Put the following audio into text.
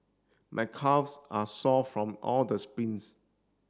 my calves are sore from all the sprints